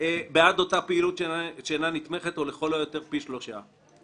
"בעד אותה פעילות שאינה נתמכת או לכל היותר פי שלושה".